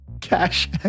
Cash